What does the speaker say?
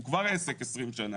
הוא כבר עסק עשרים שנה,